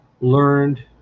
learned